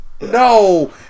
No